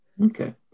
Okay